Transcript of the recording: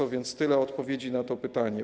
Tak więc tyle odpowiedzi na to pytanie.